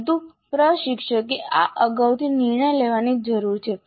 પરંતુ પ્રશિક્ષકે આ અગાઉથી નિર્ણય લેવાની જરૂર છે